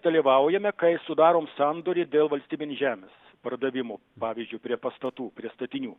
dalyvaujame kai sudarom sandorį dėl valstybinės žemės pardavimo pavyzdžiui prie pastatų prie statinių